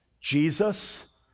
Jesus